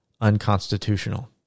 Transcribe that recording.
unconstitutional